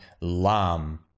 lam